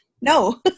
No